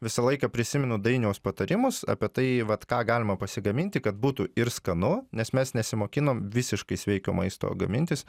visą laiką prisimenu dainiaus patarimus apie tai vat ką galima pasigaminti kad būtų ir skanu nes mes nesimokinom visiškai sveiko maisto gamintis